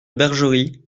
bergerie